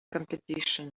competition